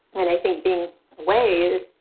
and i think being weighed